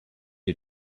you